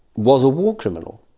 was a war criminal,